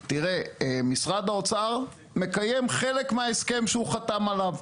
משרד האוצר מקיים חלק מההסכם שהוא חתם עליו.